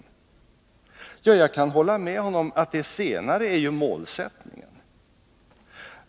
Ja, jag kan hålla med honom om att det senare är målsättningen.